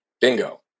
Bingo